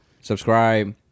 subscribe